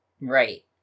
Right